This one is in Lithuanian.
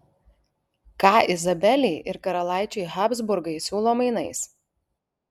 ką izabelei ir karalaičiui habsburgai siūlo mainais